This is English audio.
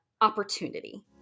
opportunity